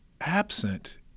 absent